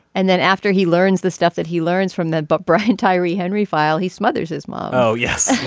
and then after he learns the stuff that he learns from that. but brian tyree henry file he smothers his mom. oh yes